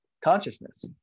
consciousness